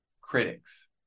critics